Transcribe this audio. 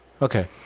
Okay